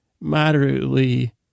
moderately